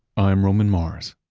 i'm roman mars